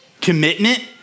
commitment